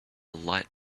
light